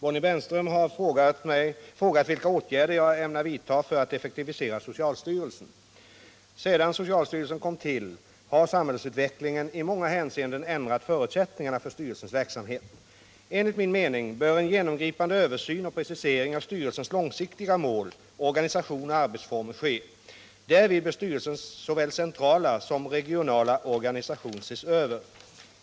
Herr talman! Bonnie Bernström har frågat vilka åtgärder jag ämnar vidta för att effektivisera socialstyrelsen. Sedan socialstyrelsen kom till har samhällsutvecklingen i många hän seenden ändrat förutsättningarna för styrelsens verksamhet. Enligt min mening bör en genomgripande översyn och precisering av styrelsens långsiktiga mål, organisation och arbetsformer ske. Därvid bör styrelsens såväl centrala som regionala organisation ses över.